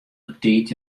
betiid